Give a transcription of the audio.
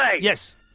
Yes